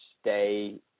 stay